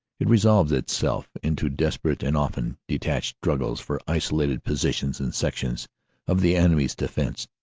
it resolved it self into desperate and often detached struggles for isolated positions and sections of the enemy's defense.